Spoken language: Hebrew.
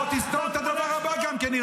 בוא תסתור את הדבר הבא גם כן,